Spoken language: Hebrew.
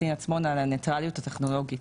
דין עצמון על הניטרליות הטכנולוגיות.